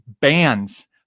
bands